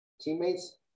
teammates